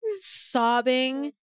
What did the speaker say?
sobbing